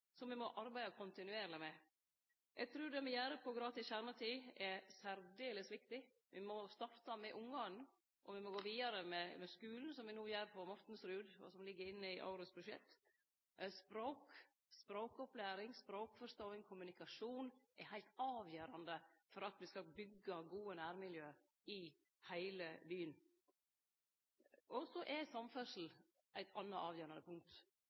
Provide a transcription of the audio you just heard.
me må arbeide kontinuerleg med. Eg trur det me gjer på gratis kjernetid, er særs viktig. Me må starte med ungane, og me må gå vidare med skulen – slik me no gjer på Mortensrud, som ligg inne i årets budsjett. Språk, språkopplæring, språkforståing, kommunikasjon er heilt avgjerande for at me skal kunne byggje gode nærmiljø i heile byen. Samferdsle er eit anna avgjerande punkt.